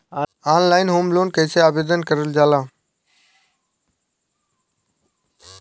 Online home loan कैसे आवेदन करल जा ला?